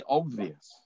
obvious